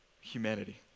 humanity